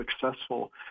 successful